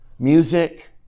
Music